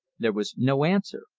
there was no answer,